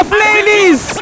ladies